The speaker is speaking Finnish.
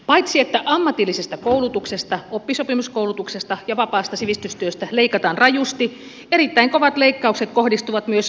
paitsi että ammatillisesta koulutuksesta oppisopimuskoulutuksesta ja vapaasta sivistystyöstä leikataan rajusti erittäin kovat leikkaukset kohdistuvat myös aikuiskoulutukseen